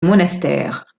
monastère